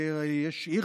חס וחלילה,